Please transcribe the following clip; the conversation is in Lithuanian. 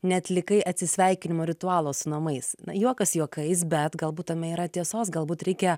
neatlikai atsisveikinimo ritualo su namais na juokas juokais bet galbūt tame yra tiesos galbūt reikia